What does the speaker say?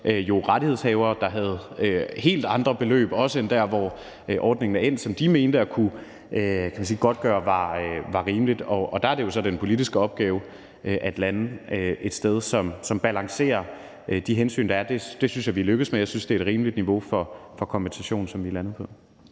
rettighedshavere, der havde helt andre beløb, også end det, ordningen er endt med, som de mente at kunne godtgøre var rimeligt. Men der er det så en politisk opgave at lande et sted, som balancerer de hensyn, der er. Det synes jeg vi er lykkedes med, og jeg synes, det er et rimeligt niveau for kompensation, som vi er landet på.